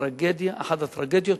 אחת הטרגדיות